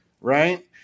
right